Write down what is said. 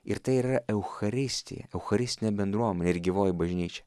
ir tai yra eucharistija eucharistinė bendruomenė ir gyvoji bažnyčia